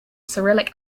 cyrillic